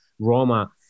Roma